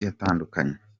atandukanye